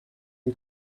die